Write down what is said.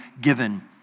given